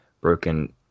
broken